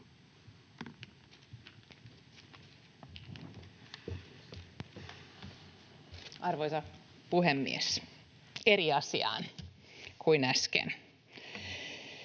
Arvoisa puhemies! Eri asiaan kuin äsken.